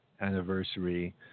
anniversary